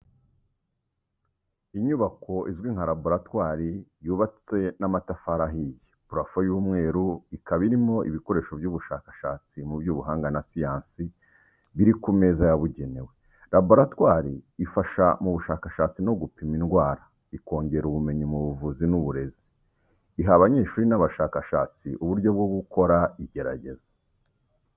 Inyubako izwi nka laboratwari yubatse n'amatafari ahiye, purafo y'umweru ikaba irimo ibikoresho by'ubushakashatsi mu by'ubuhanga na siyansi biri ku meza yabugenewe. Laboratwari ifasha mu bushakashatsi no gupima indwara, ikongera ubumenyi mu buvuzi n’uburezi. Iha abanyeshuri n’abashakashatsi uburyo bwo gukora igerageza.